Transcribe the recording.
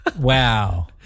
wow